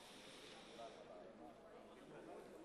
גבוהה (תיקון,